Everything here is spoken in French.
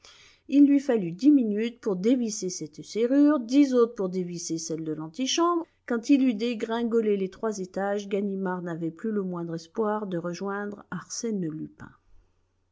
il lui fallut dix minutes pour dévisser cette serrure dix autres pour dévisser celle de l'antichambre quand il eut dégringolé les trois étages ganimard n'avait plus le moindre espoir de rejoindre arsène lupin